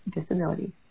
disability